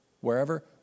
Wherever